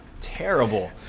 terrible